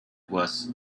was